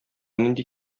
нинди